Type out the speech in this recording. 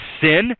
sin